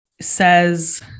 says